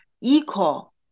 equal